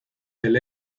del